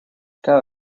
cada